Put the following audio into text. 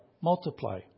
multiply